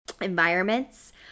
environments